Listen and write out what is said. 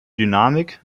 dynamik